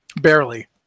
Barely